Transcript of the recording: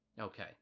Okay